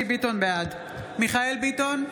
בעד מיכאל מרדכי ביטון,